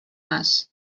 nas